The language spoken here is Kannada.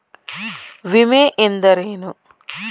ವಿಮೆ ಎಂದರೇನು?